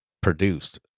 produced